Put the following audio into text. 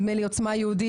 נדמה לי עוצמה יהודית,